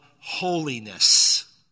holiness